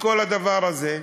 בכל הדבר הזה?